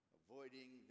avoiding